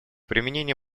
применение